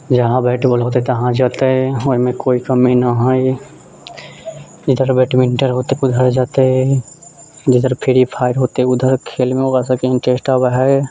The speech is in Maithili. जहाँ बैट बोल हेतै तहाँ जेतै ओइमे कोइ कमी नहि हय जिधर बैडमिंटन होतै उधर जेतै जिधर फ्री फायर होतै उधर खेलमे ओकरा सबके इंट्रेस्ट आबै हय